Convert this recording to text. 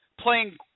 playing